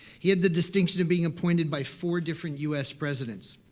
he had the distinction of being appointed by four different u s. presidents.